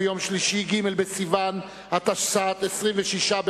הרווחה והבריאות תדון בהצעה לסדר-היום בנושא: